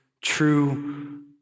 true